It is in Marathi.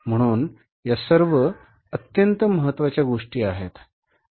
म्हणून या सर्व अत्यंत महत्वाच्या गोष्टी आहेत